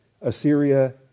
Assyria